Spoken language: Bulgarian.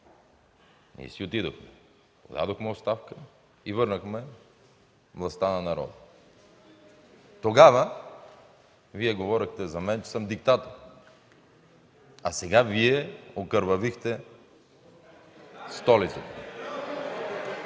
си отидохме, подадохме оставка и върнахме властта на народа. Тогава Вие говорехте за мен, че съм диктатор, а сега Вие окървавихте столицата.